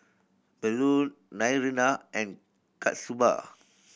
Bellur Naraina and Kasturba